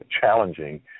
challenging